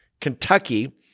Kentucky